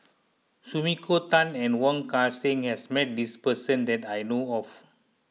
Sumiko Tan and Wong Kan Seng has met this person that I know of